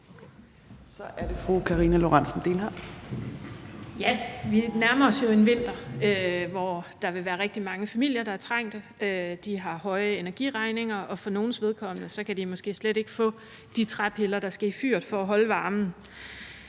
Vi nærmer os jo en vinter, hvor der vil være rigtig mange familier, der bliver trængt. De har høje energiregninger, og for nogles vedkommende kan de måske slet ikke få de træpiller, der skal i fyret, for at kunne holde varmen.